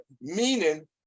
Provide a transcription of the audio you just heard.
meaning